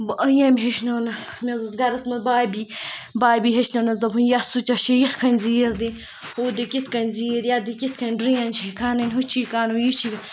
یٔمۍ ہیٚچھنٲونَس مےٚ حظ اوس گَرَس منٛز بھابھی بھابھی ہیٚچھنٲونَس دوٚپُن یَتھ سُچَس چھِ یِتھ کٔنۍ زیٖر دِنۍ ہُتھ دِکھ یِتھ کٔنۍ زیٖر یَتھ دِکھ یِتھ کٔنۍ ڈرٛین چھے کھَنٕنۍ ہُہ چھی کَرُن یہِ چھی کَرُن